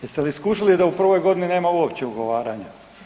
Jeste li skužili da u prvoj godini nema uopće ugovaranja?